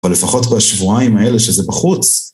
אבל לפחות כל השבועיים האלה שזה בחוץ,